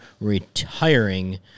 retiring